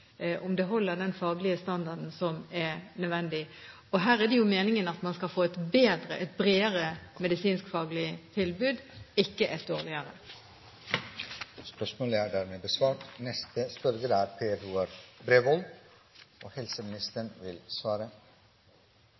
om det holder den faglige standarden som er nødvendig. Her er det jo meningen at man skal få et bedre – et bredere – medisinskfaglig tilbud, ikke et